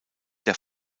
der